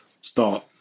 start